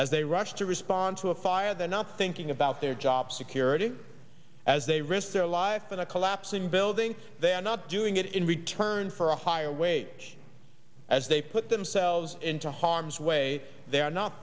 as they rush to respond to a fire they're not thinking about their job security as they risk their lives in a collapsing building they are not doing it in return for a higher wage as they put themselves into harm's way they are not